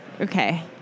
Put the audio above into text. Okay